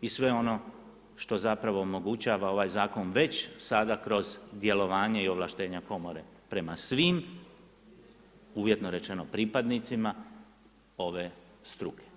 i sve ono što zapravo omogućava ovaj zakon već sada kroz djelovanje i ovlaštenja komore prema svim uvjetno rečeno pripadnicima ove struke.